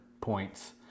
points